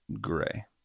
gray